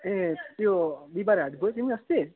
ए त्यो बिहीबारे हाट गयो तिमी अस्ति